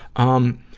um,